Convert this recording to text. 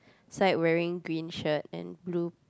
side wearing green shirt and blue